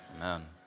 Amen